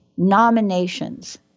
nominations